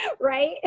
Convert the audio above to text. Right